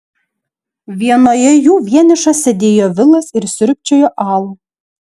vienoje jų vienišas sėdėjo vilas ir sriubčiojo alų